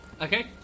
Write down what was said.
Okay